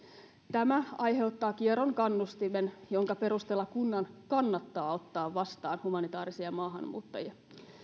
tämä aiheuttaa kieron kannustimen jonka perusteella kunnan kannattaa ottaa vastaan humanitaarisia maahanmuuttajia